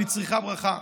אני צריכה ברכה.